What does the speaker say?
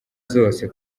zose